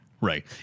right